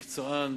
מקצוען,